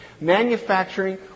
Manufacturing